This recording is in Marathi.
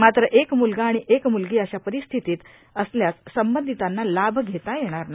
मात्र एक म्लगा आणि एक म्लगी अशी परिस्थिती असल्यास संबधितांना लाभ घेता येणार नाही